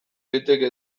daiteke